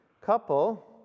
couple